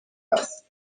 است